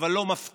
אבל לא מפתיע.